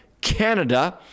Canada